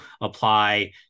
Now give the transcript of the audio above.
apply